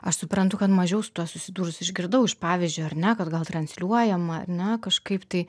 aš suprantu kad mažiau su tuo susidūrus išgirdau iš pavyzdžio ar ne kad gal transliuojama ar ne kažkaip tai